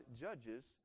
judges